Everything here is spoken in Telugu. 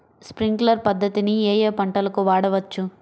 స్ప్రింక్లర్ పద్ధతిని ఏ ఏ పంటలకు వాడవచ్చు?